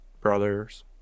brother's